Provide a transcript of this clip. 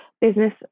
business